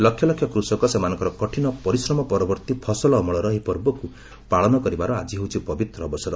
ଲକ୍ଷ ଲକ୍ଷ କୃଷକ ସେମାନଙ୍କର କଠିନ ପରିଶ୍ରମ ପରବର୍ତ୍ତୀ ଫସଲ ଅମଳର ଏହି ପର୍ବକୁ ପାଳନ କରିବାର ଆଜି ହେଉଛି ପବିତ୍ର ଅବସର